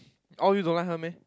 all of you don't like her meh